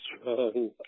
strong